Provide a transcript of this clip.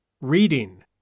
Reading